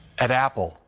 at apple,